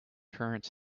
current